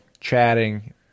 chatting